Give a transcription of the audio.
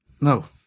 No